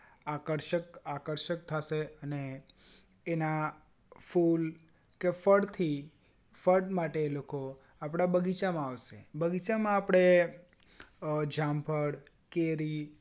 આકર્ષક આકર્ષક થશે અને એના ફૂલ કે ફળથી ફળ માટે લોકો આપણે બગીચામાં આવશે બગીચામાં આપણે જામફળ કેરી